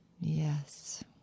yes